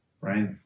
right